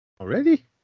Already